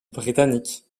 britanniques